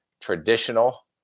traditional